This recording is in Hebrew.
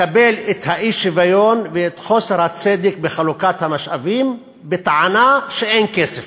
לקבל את האי-שוויון ואת חוסר הצדק בחלוקת המשאבים בטענה שאין כסף,